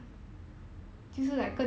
orh